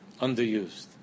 Underused